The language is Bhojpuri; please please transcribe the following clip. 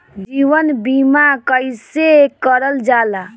जीवन बीमा कईसे करल जाला?